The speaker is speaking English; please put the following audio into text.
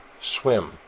swim